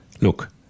look